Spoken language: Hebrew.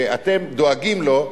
שאתם דואגים לו,